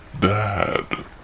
Dad